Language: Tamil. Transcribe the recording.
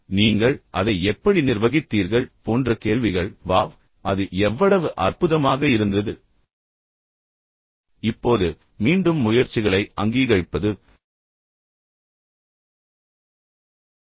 நீங்கள் அதை எப்படி நிர்வகித்தீர்கள் போன்ற கேள்விகள் வாவ் அது எவ்வளவு அற்புதமாக இருந்தது உங்களால் எப்படி அதை செய்ய முடிந்தது அது ஒரு அற்புதமான யோசனை அது செய்வதற்கு ஒரு அற்புதமான விஷயம் அது ஒரு அற்புதமான வேலை சிறந்த வேலை நீங்கள் அதைச் செய்த ஒரு மேதை